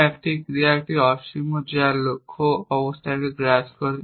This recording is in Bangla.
এবং একটি ক্রিয়া একটি অসীম যা লক্ষ্য অবস্থাকে গ্রাস করে